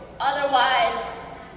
Otherwise